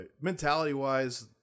mentality-wise